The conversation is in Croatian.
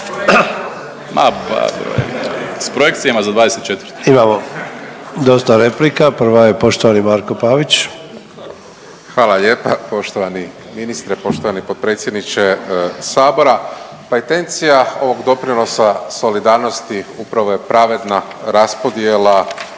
Ante (HDZ)** Imamo dosta replika. Prva je poštovani Marko Pavić. **Pavić, Marko (HDZ)** Hvala lijepa poštovani ministre, poštovani potpredsjedniče Sabora. Pa intencija ovog doprinosa solidarnosti upravo je pravedna raspodjela